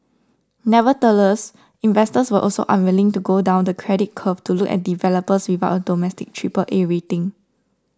nevertheless investors were also unwilling to go down the credit curve to look at developers without a domestic Triple A rating